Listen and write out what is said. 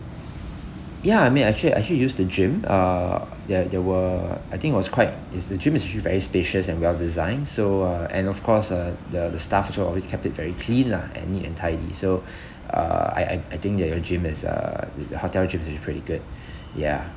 ya I mean I actually I actually used the gym uh there there were I think was quite is the gym is really very spacious and well designed so uh and of course uh the the staff also always kept it very clean lah and neat and tidy so uh I I I think that your gym is uh the hotel gym is pretty good ya